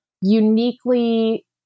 uniquely